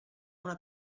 una